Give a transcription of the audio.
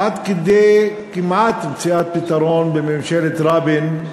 עד כדי כמעט מציאת פתרון בממשלת רבין,